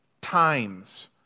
times